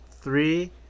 Three